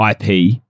IP